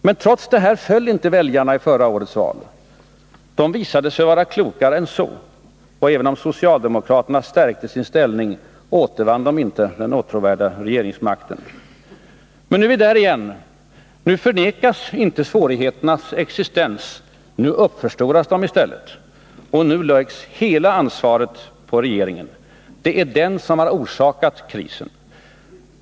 Väljarna föll emellertid inte för detta i fjolårets val — de visade sig vara klokare än så. Även om socialdemokraterna stärkte sin ställning, återvann de inte den åtråvärda regeringsmakten. Nu är vi där igen. Nu förnekas inte svårigheternas existens, utan uppförstoras i stället. Nu läggs hela ansvaret på regeringen. Det är den som har orsakat krisen.